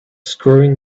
screwing